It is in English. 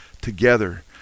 together